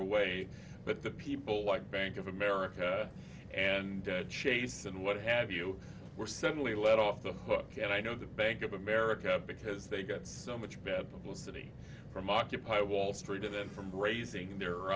away but the people like bank of america and chase and what have you were suddenly let off the hook and i know the bank of america because they got so much bad publicity from occupy wall street to them from grazing their